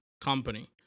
company